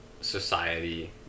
society